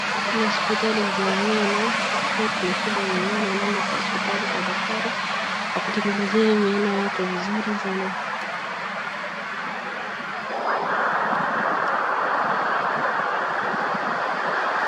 Ni hospitali za meno, ka uko na shida ya meno unaenda hospitali kwa daktari akutengenezee meno yako vizuri sana.